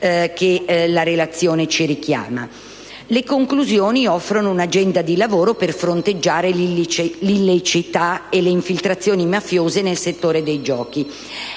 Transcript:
sue conclusioni offrono un'agenda di lavoro per fronteggiare l'illiceità e le infiltrazioni mafiose nel settore dei giochi.